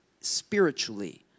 spiritually